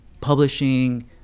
Publishing